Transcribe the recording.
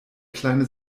kleine